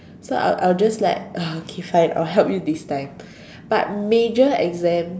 so I'll I'll just like !ah! okay fine I'll help you this time but major exam